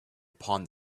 upon